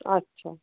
আচ্ছা